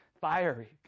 fiery